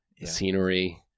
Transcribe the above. scenery